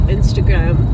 Instagram